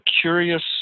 curious